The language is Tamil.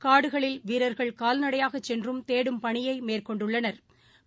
காடுகளில் வீரர்கள் கால்நடையாகச் சென்றும் தேடும் பணியைமேற்கொண்டுள்ளனா்